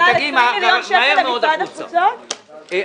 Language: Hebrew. חברי הכנסת לא